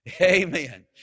Amen